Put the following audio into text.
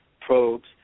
probes